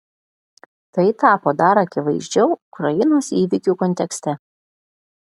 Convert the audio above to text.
tai tapo dar akivaizdžiau ukrainos įvykių kontekste